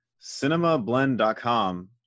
CinemaBlend.com